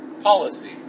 policy